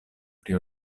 pri